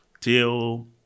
till